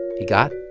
he got